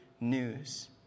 news